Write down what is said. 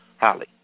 holly